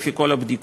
לפי כל הבדיקות.